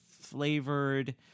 flavored